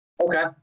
Okay